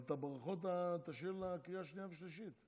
את הברכות תשאיר לקריאה השנייה והשלישית.